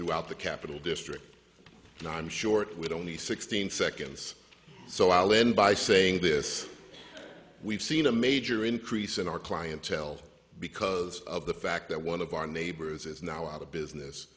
throughout the capital district and i'm sure it would only sixteen seconds so i'll end by saying this we've seen a major increase in our clientele because of the fact that one of our neighbors is now out of business